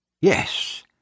Yes